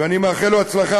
ואני מאחל לו הצלחה,